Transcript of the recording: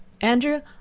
Andrew